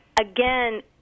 again